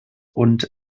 und